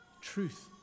Truth